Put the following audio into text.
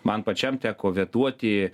man pačiam teko vetuoti